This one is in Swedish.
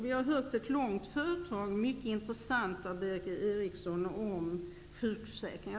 Vi har fått höra ett långt och mycket intressant föredrag av Berith Eriksson om sjukförsäkringen.